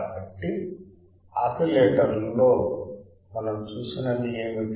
కాబట్టి ఆసిలేటర్లలో మనం చూసినవి ఏమిటి